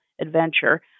adventure